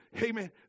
amen